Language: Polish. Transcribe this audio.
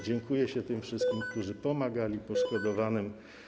Dziękuje się tym wszystkim, którzy pomagali poszkodowanym.